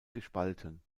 gespalten